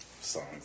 songs